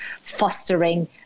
fostering